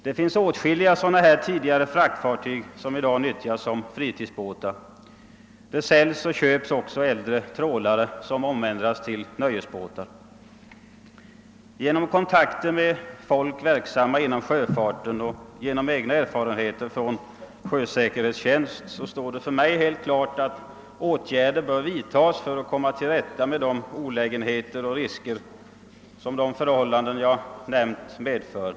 Det finns åtskilliga sådana f.d. fraktfartyg som i dag nyttjas som fritidsbåtar. Det säljs och köps också äldre trålare som omändras till nöjesbåtar. Genom kontakter med personer verksamma inom sjöfarten och genom egna erfarenheter från sjösäkerhetstjänst har det för mig blivit helt klart att åtgärder bör vidtagas för att man skall komma till rätta med de olägenheter och risker som de förhållanden jag nämnt medför.